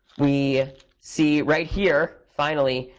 we see right here, finally,